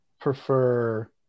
prefer